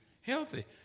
Healthy